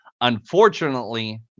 Unfortunately